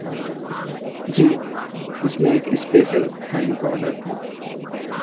जी जिसमें एक स्पेशल थाली का ऑर्डर था